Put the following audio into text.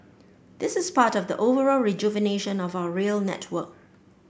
this is part of the overall rejuvenation of our rail network